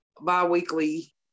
bi-weekly